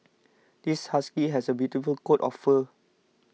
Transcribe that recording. this husky has a beautiful coat of fur